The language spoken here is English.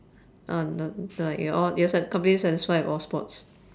oh no no like you're all satis~ completely satisfied with all sports